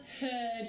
heard